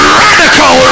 radical